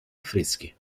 affreschi